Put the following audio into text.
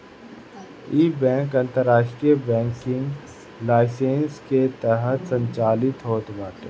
इ बैंक अंतरराष्ट्रीय banking licence के तहत संचालित होत बाटे